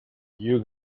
you